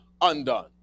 undone